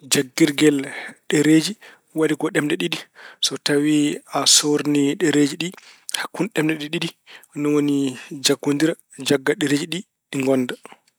Jaggirgel ɗereeji waɗi ko ɗemɗe ɗiɗi. So tawi a soorni ɗereeji ɗi hakke ɗemɗe ɗe ɗiɗi, ni woni jaggondira, jagga ɗereeji ɗi, ɗi ngonnda.